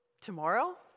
Tomorrow